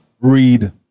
Read